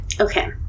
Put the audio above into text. Okay